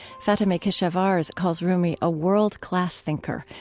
fatemeh keshavarz, calls rumi a world-class thinker,